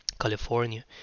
California